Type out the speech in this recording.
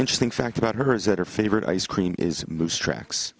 interesting fact about her is that her favorite ice cream is moose tracks